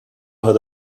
had